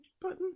button